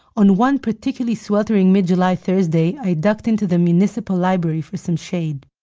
on one particularly sweltering mid-july thursday, i ducked into the municipal library for some shade